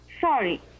sorry